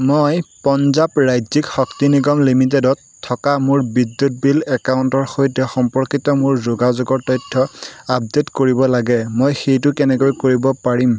মই পঞ্জাৱ ৰাজ্যিক শক্তি নিগম লিমিটেডত থকা মোৰ বিদ্যুৎ বিল একাউণ্টৰ সৈতে সম্পৰ্কিত মোৰ যোগাযোগৰ তথ্য আপডেট কৰিব লাগে মই সেইটো কেনেকৈ কৰিব পাৰিম